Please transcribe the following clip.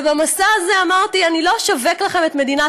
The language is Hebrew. ובמסע הזה אמרתי: אני לא אשווק לכם את מדינת